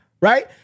right